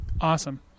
Awesome